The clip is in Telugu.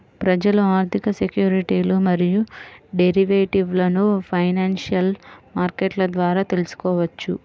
ప్రజలు ఆర్థిక సెక్యూరిటీలు మరియు డెరివేటివ్లను ఫైనాన్షియల్ మార్కెట్ల ద్వారా తెల్సుకోవచ్చు